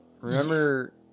remember